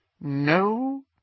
No